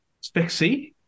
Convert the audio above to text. Spec-C